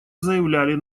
заявляли